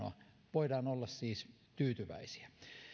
voidaan olla siis tyytyväisiä